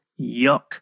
yuck